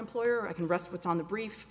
employer i can rest what's on the brief